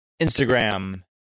Instagram